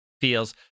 feels